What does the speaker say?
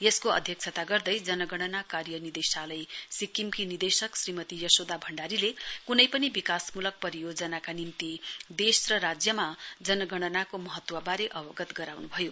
यसको अध्यक्षता गर्दै जनगणना कार्य निदेशालय सिक्किमकी निदेशक श्रीमती यशोदा भण्डारीले कुनै पनि विकास मूलक परियोजनाका निम्ति देश र राज्यमा जनगणनाको महत्ववारे अवगत गराउनुभयो